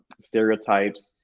stereotypes